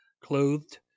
clothed